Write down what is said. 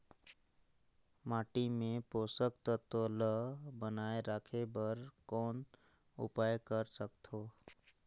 माटी मे पोषक तत्व ल बनाय राखे बर कौन उपाय कर सकथव?